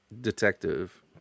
detective